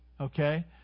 Okay